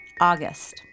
August